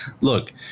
look